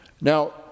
Now